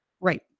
Right